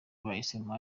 bahisemo